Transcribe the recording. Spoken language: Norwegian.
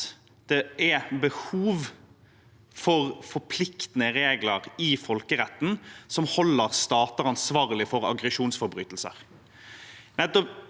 at det er behov for forpliktende regler i folkeretten som holder stater ansvarlige for aggresjonsforbrytelser.